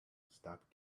stop